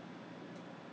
oh